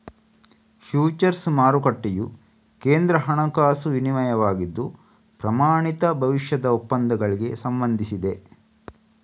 futures ಮಾರುಕಟ್ಟೆಯು ಕೇಂದ್ರ ಹಣಕಾಸು ವಿನಿಮಯವಾಗಿದ್ದು, ಪ್ರಮಾಣಿತ ಭವಿಷ್ಯದ ಒಪ್ಪಂದಗಳಿಗೆ ಸಂಬಂಧಿಸಿದೆ